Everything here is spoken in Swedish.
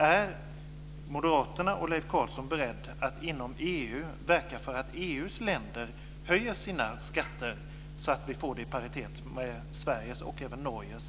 Är moderaterna och Leif Carlson beredda att inom EU verka för att EU:s länder höjer sina skatter så att vi får dem i paritet med Sveriges och även Norges?